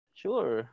sure